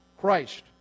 Christ